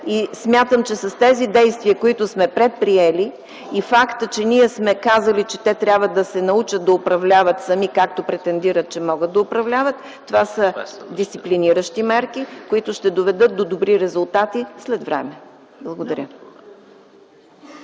Смятам, че тези действия, които сме предприели, и фактът, че ние сме казали, че те трябва да се научат да управляват сами, както претендират че могат да управляват, са дисциплиниращи мерки, които ще доведат до добри резултати след време. Благодаря.